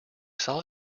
saw